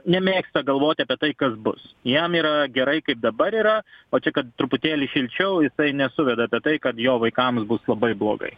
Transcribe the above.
nemėgsta galvoti apie tai kas bus jam yra gerai kaip dabar yra o tik kad truputėlį šilčiau jisai nesuveda apie tai kad jo vaikams bus labai blogai